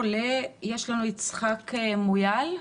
יצחק מויאל פה?